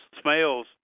smells